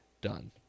done